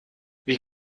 wie